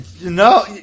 No